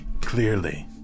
Clearly